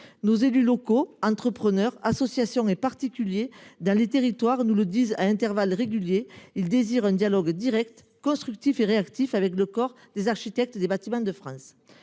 Nos élus locaux, entrepreneurs, associations et particuliers nous le disent, dans les territoires, régulièrement : ils désirent un dialogue direct, constructif et réactif avec le corps des architectes des Bâtiments de France.